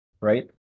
right